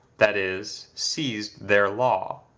that is, seized their law.